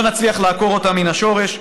לא נצליח לעקור אותה מן השורש.